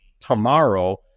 tomorrow